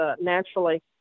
naturally